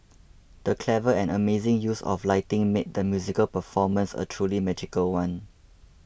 the clever and amazing use of lighting made the musical performance a truly magical one